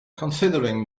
considering